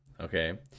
Okay